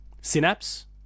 Synapse